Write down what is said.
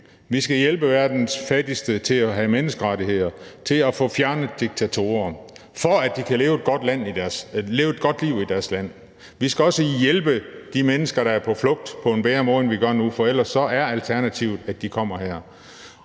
Vi skal hjælpe verdens fattigste til at have menneskerettigheder, til at få fjernet diktatorer, for at de kan leve et godt liv i deres land. Vi skal også hjælpe de mennesker, der er på flugt, på en bedre måde, end vi gør nu, for ellers er alternativet, at de kommer her.